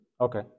Okay